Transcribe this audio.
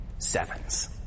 Sevens